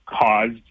caused